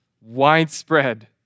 widespread